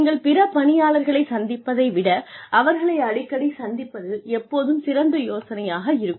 நீங்கள் பிற பணியாளர்களைச் சந்திப்பதை விட அவர்களை அடிக்கடி சந்திப்பது எப்போதும் சிறந்த யோசனையாக இருக்கும்